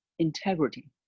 Integrity